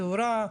תאורה.